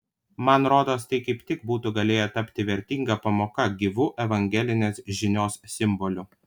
man rodos tai kaip tik būtų galėję tapti vertinga pamoka gyvu evangelinės žinios simboliu